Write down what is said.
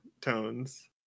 tones